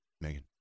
Megan